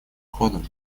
ходом